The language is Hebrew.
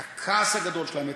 את הכעס הגדול שלהם,